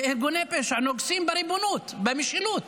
הרי ארגוני פשע נוגסים בריבונות, במשילות,